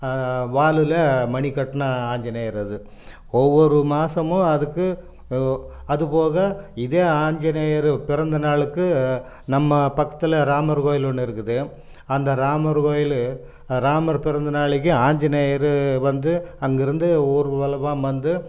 வாலில் மணி கட்டின ஆஞ்சனேயர் அது ஒவ்வொரு மாதமும் அதுக்கு அது போக இதே ஆஞ்சினேயர் பிறந்த நாளுக்கு நம்ம பக்கத்தில் ராமர் கோவிலு ஒன்று இருக்குது அந்த ராமர் கோவிலு ராமர் பிறந்த நாளைக்கு ஆஞ்சிநேயர் வந்து அங்கேருந்து ஊர்வலமாக வந்து